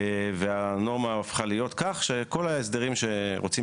והנורמה הפכה להיות כך שכל ההסדרים שרוצים